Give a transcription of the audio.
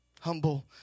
Humble